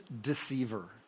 deceiver